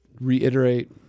reiterate